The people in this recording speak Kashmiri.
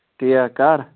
تی ہا کر